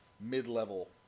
mid-level